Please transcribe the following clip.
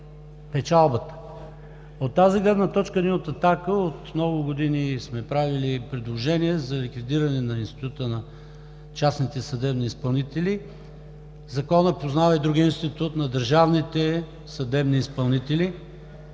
печалбата. От тази гледна точка ние от „Атака“ от много години сме правили предложения за ликвидиране на института на частните съдебни изпълнители. Законът познава и другия институт – на държавните съдебни изпълнители.